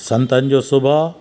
संतनि जो सुभाउ